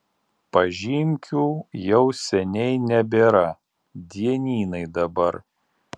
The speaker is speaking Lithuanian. pažymkių jau seniai nebėra dienynai dabar